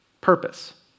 purpose